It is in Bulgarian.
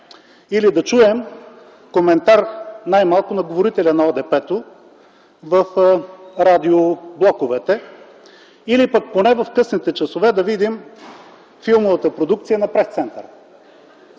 или да чуем коментар най-малкото на говорителя на ОДП-то в радиоблоковете, или поне в късните часове да видим филмовата продукция на Пресцентъра.